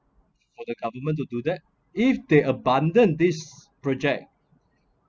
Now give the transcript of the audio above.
for the government to do that if they abandon this project